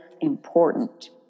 important